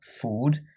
food